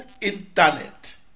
internet